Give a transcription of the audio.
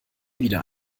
wieder